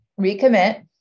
recommit